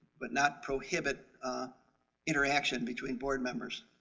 but not prohibit interaction between board members.